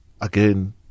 Again